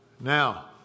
Now